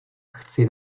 chci